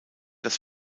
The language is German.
das